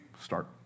start